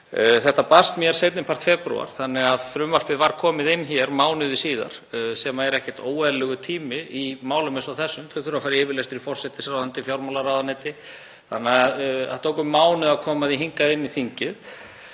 Þetta barst mér seinni part febrúar þannig að frumvarpið var komið inn hér mánuði síðar sem er ekkert óeðlilegur tími í málum eins og þessum sem þurfa að fara í yfirlestur í forsætisráðuneyti, fjármálaráðuneyti. Það tók um mánuð að koma því hingað inn í þingið.